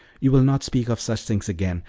you will not speak of such things again,